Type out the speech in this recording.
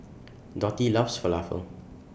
Dottie loves Falafel